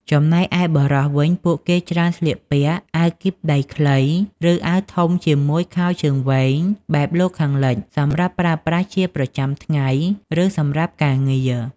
ចំណែកឯបុរសវិញ ពួកគេច្រើនស្លៀកពាក់ អាវគីបដៃខ្លី ឬអាវធំជាមួយខោជើងវែងបែបលោកខាងលិចសម្រាប់ប្រើប្រាស់ជាប្រចាំថ្ងៃ ឬសម្រាប់ការងារ។